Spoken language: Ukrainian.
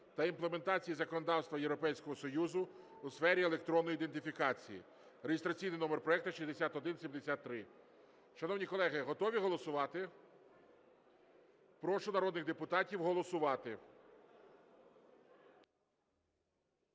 та імплементації законодавства Європейського Союзу у сфері електронної ідентифікації (реєстраційний номер проекту 6173). Шановні колеги, готові голосувати? Прошу народних депутатів голосувати.